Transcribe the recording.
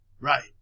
Right